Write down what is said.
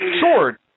Sword